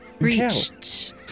reached